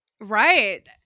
Right